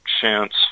chance